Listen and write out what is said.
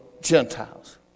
Gentiles